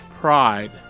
Pride